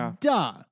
duh